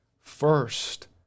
first